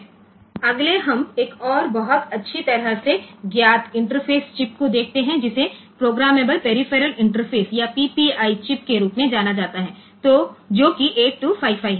હવે આગળ આપણે બીજી ખૂબ જ જાણીતી ઈન્ટરફેસ ચિપ જોઈશું જે પ્રોગ્રામેબલ પેરિફેરલ ઈન્ટરફેસ અથવા PPI ચિપ તરીકે ઓળખાય છે જે 8255 પ્રોસેસર માં હોય છે